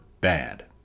bad